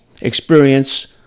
experience